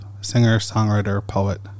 singer-songwriter-poet